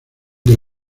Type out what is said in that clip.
del